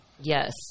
yes